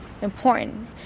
Important